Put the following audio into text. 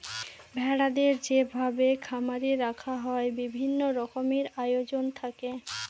ভেড়াদের যেভাবে খামারে রাখা হয় বিভিন্ন রকমের আয়োজন থাকে